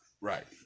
Right